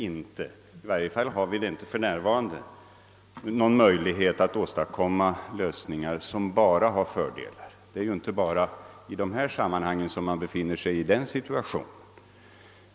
I varje fall för närvarande har vi ingen möjlighet att åstadkomma lösningar som bara innebär fördelar. Och det är ju inte bara i detta sammanhang som vi befinner oss i den situationen.